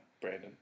Brandon